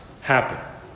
happen